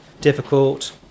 difficult